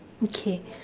okay